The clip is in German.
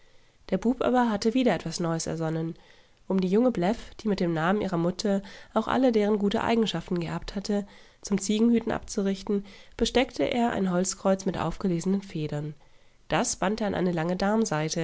der bub aber hatte wieder etwas neues ersonnen um die junge bläff die mit dem namen ihrer mutter auch alle deren guten eigenschaften geerbt hatte zum ziegenhüten abzurichten besteckte er ein holzkreuz mit aufgelesenen federn das band er an eine lange